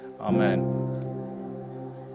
Amen